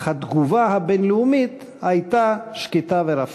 אך התגובה הבין-לאומית הייתה שקטה ורפה.